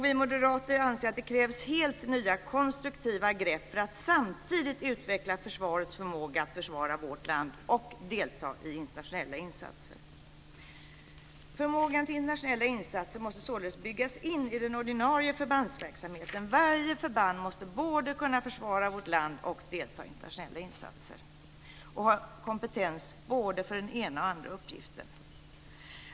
Vi moderater anser att det krävs helt nya konstruktiva grepp för att samtidigt utveckla försvarets förmåga att förvara vårt land och delta i internationella insatser. Förmågan till internationella insatser måste således byggas in i den ordinarie förbandsverksamheten. Varje förband måste kunna både försvara vårt land och delta i internationella insatser samt ha kompetens för både den ena och den andra uppgiften.